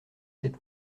sept